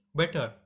better